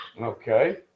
Okay